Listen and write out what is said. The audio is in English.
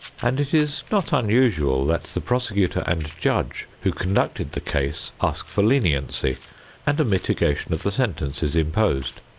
and it is not unusual that the prosecutor and judge who conducted the case ask for leniency and a mitigation of the sentence is imposed.